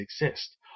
exist